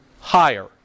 higher